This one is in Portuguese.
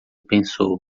pensou